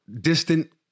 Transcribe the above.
distant